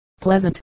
pleasant